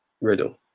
Riddle